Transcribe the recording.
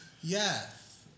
Yes